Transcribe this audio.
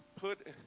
put